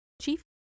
Chief